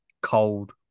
cold